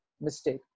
mistake